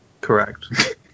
correct